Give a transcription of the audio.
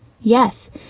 Yes